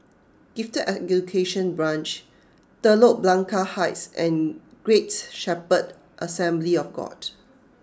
Gifted Education Branch Telok Blangah Heights and Great Shepherd Assembly of God